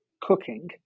cooking